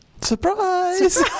Surprise